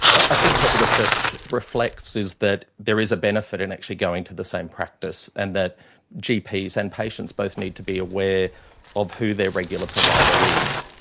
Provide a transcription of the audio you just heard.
i think what the research reflects is that there is a benefit in actually going to the same practice and that gps and patients both need to be aware of who their regular provider is,